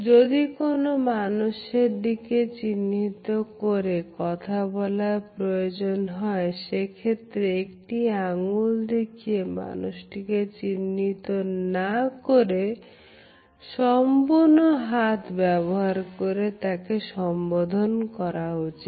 যদি কোনো মানুষের দিকে চিহ্নিত করে কথা বলার প্রয়োজন হয় সে ক্ষেত্রে একটি আঙুল দেখিয়ে মানুষটিকে চিহ্নিত না করে সম্পূর্ণ হাত ব্যবহার করে তাকে সম্বোধন করা উচিত